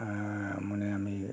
মানে আমি